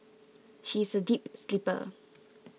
she is a deep sleeper